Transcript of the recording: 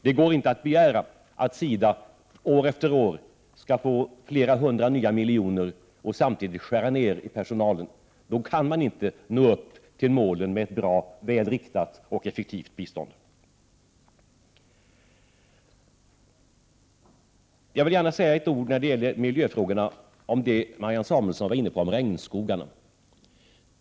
Det går inte att begära att SIDA år efter år skall få flera hundra nya miljoner och samtidigt skära ned personalen, för då kan man inte nå upp till målen: ett bra, väl riktat och effektivt bistånd. När det gäller miljöfrågorna vill jag gärna säga ett ord om det Marianne Samuelsson var inne på om regnskogarna.